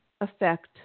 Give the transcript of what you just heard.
affect